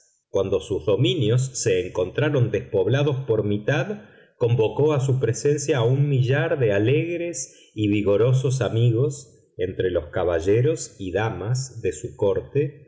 cuando sus dominios se encontraron despoblados por mitad convocó a su presencia a un millar de alegres y vigorosos amigos entre los caballeros y damas de su corte